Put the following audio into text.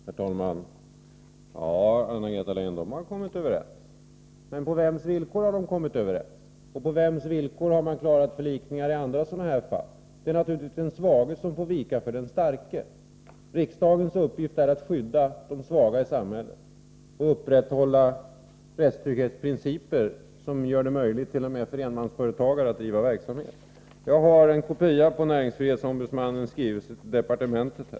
Herr talman! Ja, Anna-Greta Leijon, de har kommit överens. Men på vems villkor har de kommit överens? Och på vems villkor har man klarat förlikningar i andra sådana här fall? Det är naturligtvis den svage som får vika för den starke. Riksdagens uppgift är att skydda de svaga i samhället och upprätthålla rättstrygghetsprinciper som gör det möjligt t.o.m. för enmansföretagare att driva verksamhet. Jag har här i min hand en kopia på näringsfrihetsombudsmannens skrivelse till departementet.